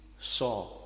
saw